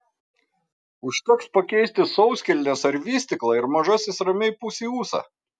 užteks pakeisti sauskelnes ar vystyklą ir mažasis ramiai pūs į ūsą